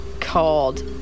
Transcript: called